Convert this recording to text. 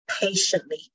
patiently